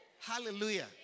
Hallelujah